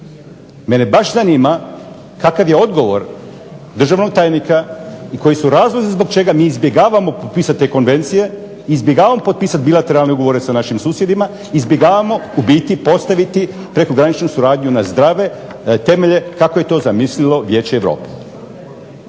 Mene baš zanima kakav je odgovor državnog tajnika i koji su razlozi zbog čega mi izbjegavamo te konvencije, izbjegavamo potpisati bilatelarne ugovore sa našim susjedima, izbjegavamo u biti postaviti prekograničnu suradnju na zdrave temelje kako je to zamislilo Vijeće Europe.